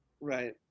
Right